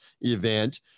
event